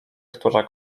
która